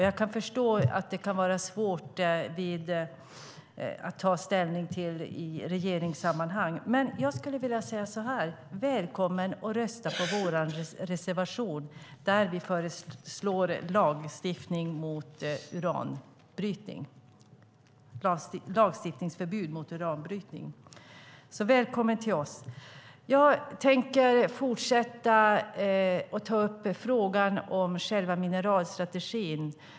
Jag kan förstå att det kan vara svårt att ta ställning för det i regeringssammanhang, men jag skulle vilja säga så här: Välkommen att rösta på vår reservation där vi föreslår lagstiftning som förbjuder uranbrytning. Välkommen till oss! Jag tänker fortsätta och ta upp frågan om själva mineralstrategin.